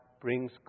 brings